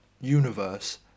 universe